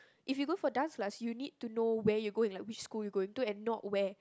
if you go for dance class you need to know where you going like which school you going to and not where